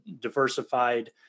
diversified